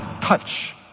touch